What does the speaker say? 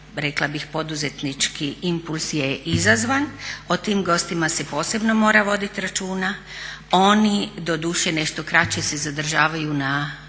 rekla bih poduzetnički impuls je izazvan, o tim gostima se posebno mora voditi računa, oni doduše nešto kraće se zadržavaju na